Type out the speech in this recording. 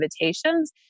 invitations